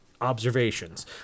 observations